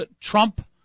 Trump